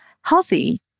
healthy